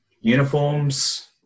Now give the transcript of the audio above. uniforms